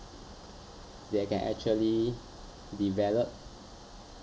they can actually develop